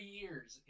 years